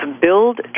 build